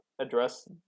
address